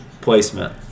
placement